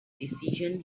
decision